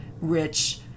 rich